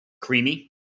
creamy